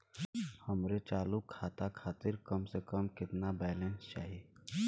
हमरे चालू खाता खातिर कम से कम केतना बैलैंस चाही?